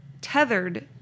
tethered